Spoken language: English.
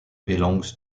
belongs